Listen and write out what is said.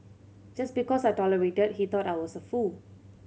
just because I tolerated he thought I was a fool